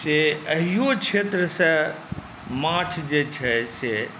से एहिओ क्षेत्रसँ माछ जे छै से